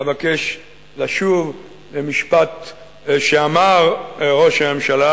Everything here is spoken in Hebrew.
אבקש לשוב אל משפט שאמר ראש הממשלה,